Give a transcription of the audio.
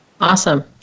Awesome